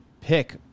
pick